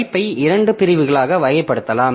பைப்பை இரண்டு பிரிவுகளாக வகைப்படுத்தலாம்